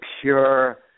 pure